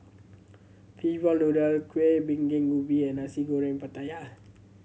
fishball noodle kuih binging ubi and Nasi Goreng Pattaya